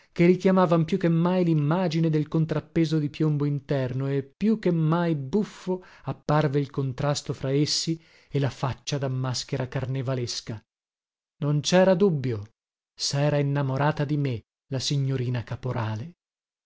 che richiamavan più che mai limmagine del contrappeso di piombo interno e più che mai buffo apparve il contrasto fra essi e la faccia da maschera carnevalesca non cera dubbio sera innamorata di me la signorina caporale